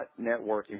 networking